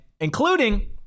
including